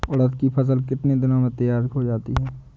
उड़द की फसल कितनी दिनों में तैयार हो जाती है?